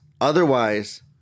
Otherwise